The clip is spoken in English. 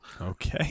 Okay